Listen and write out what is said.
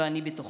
ואני בתוכן.